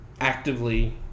actively